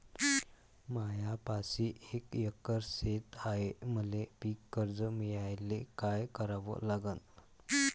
मायापाशी एक एकर शेत हाये, मले पीककर्ज मिळायले काय करावं लागन?